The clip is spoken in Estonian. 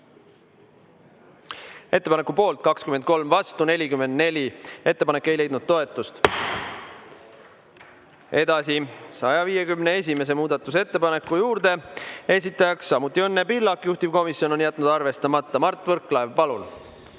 Ettepaneku poolt on 23, vastu 44. Ettepanek ei leidnud toetust. Edasi 151. muudatusettepaneku juurde. Esitajaks on samuti Õnne Pillak, juhtivkomisjon on jätnud arvestamata. Mart Võrklaev, palun!